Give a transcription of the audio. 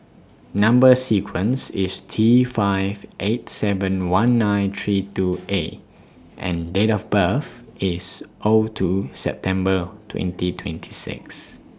Number sequence IS T five eight seven one nine three two A and Date of birth IS O two September twenty twenty six